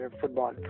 football